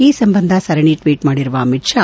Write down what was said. ಈ ಸಂಬಂಧ ಸರಣಿ ಟ್ವೀಟ್ ಮಾಡಿರುವ ಅಮಿತ್ ಷಾ